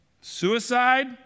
suicide